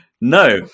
No